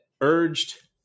urged